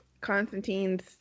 Constantine's